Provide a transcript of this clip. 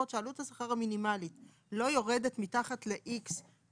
שעלות השכר המינימלית לא יורדת מתחת ל-X,